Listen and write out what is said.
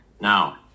Now